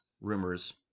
rumors